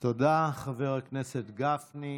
תודה, חבר הכנסת גפני.